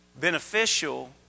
beneficial